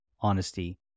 honesty